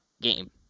game